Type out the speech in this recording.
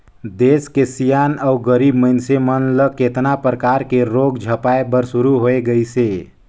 देस के किसान अउ गरीब मइनसे मन ल केतना परकर के रोग झपाए बर शुरू होय गइसे